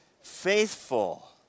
faithful